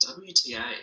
WTA